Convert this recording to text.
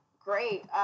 great